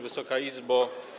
Wysoka Izbo!